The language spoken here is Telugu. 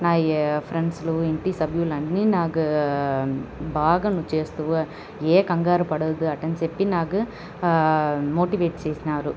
నా ఈ ఫ్రెండ్స్లు ఇంటి సభ్యులు నాకు బాగా నువ్వు చేస్తావు ఏం కంగారు పడవద్దు అట్టని చెప్పి నాకు మోటివేట్ చేసినారు